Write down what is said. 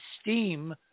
steam